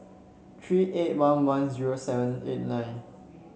three eight one one zero seven eight nine